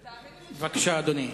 ותאמיני לי, בבקשה, אדוני.